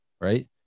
Right